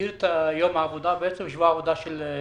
הגדיר את יום העבודה של סייעת.